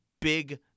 big